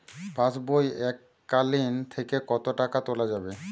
পাশবই এককালীন থেকে কত টাকা তোলা যাবে?